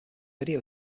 video